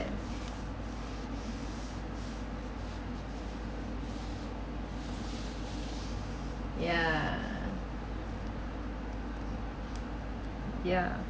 have ya ya